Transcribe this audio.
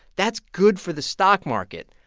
that's good for the stock market.